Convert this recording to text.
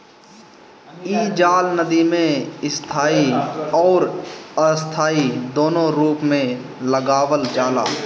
इ जाल नदी में स्थाई अउरी अस्थाई दूनो रूप में लगावल जाला